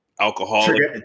alcoholic